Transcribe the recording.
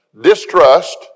distrust